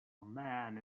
man